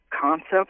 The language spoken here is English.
concept